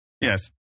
Yes